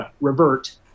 revert